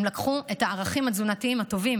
הם לקחו את הערכים התזונתיים הטובים